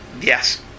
Yes